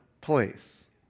place